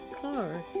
car